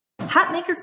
Hatmaker